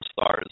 stars